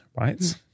right